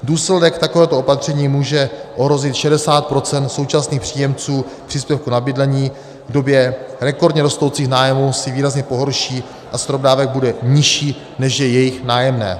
Důsledek takovéhoto opatření může ohrozit 60 % současných příjemců příspěvku na bydlení, v době rekordně rostoucích nájmů si výrazně pohorší a strop dávek bude nižší, než je jejich nájemné.